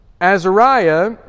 Azariah